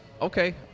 okay